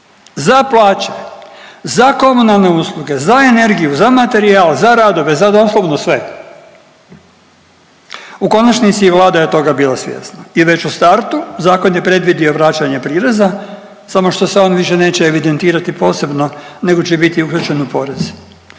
za plaće, za komunalne usluge, za energiju, za materijal, za radove, za doslovno sve. U konačnici i Vlada je toga bila svjesna i već u startu zakon je predvidio vraćanje prireza samo što se on više neće evidentirati posebno, nego će biti ugrađen u porez.